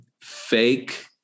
fake